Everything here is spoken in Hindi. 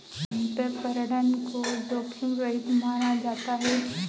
अंतरपणन को जोखिम रहित माना जाता है